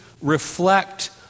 reflect